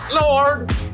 lord